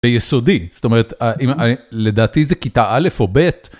ביסודי, זאת אומרת, אה. אם.. לדעתי זה כיתה א' או ב'.